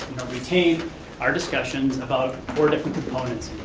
retain our discussions about four different components